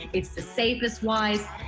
it's the safest-wise.